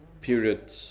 period